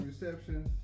reception